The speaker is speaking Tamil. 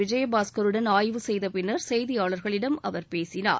விஜயபாஸ்கருடன் ஆய்வு செய்த பின்னர் செய்தியாளர்களிடம் அவர் பேசினார்